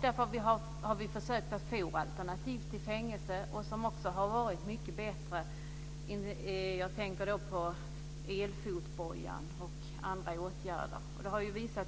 Därför har vi försökt att få alternativ till fängelserna, som har varit mycket bättre. Jag tänker på elfotbojan och andra åtgärder. Utvärderingar har visat